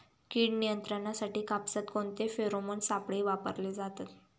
कीड नियंत्रणासाठी कापसात कोणते फेरोमोन सापळे वापरले जातात?